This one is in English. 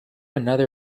another